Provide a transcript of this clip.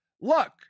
look